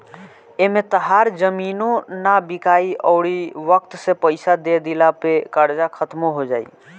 एमें तहार जमीनो ना बिकाइ अउरी वक्त से पइसा दे दिला पे कर्जा खात्मो हो जाई